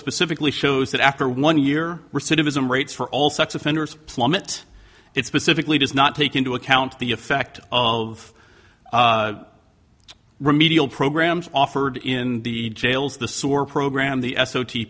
specifically shows that after one year recidivism rates for all sex offenders plummet it's pacifically does not take into account the effect of remedial programs offered in the jails the sore program the s o t